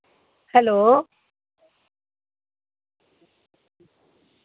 hello